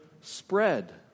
spread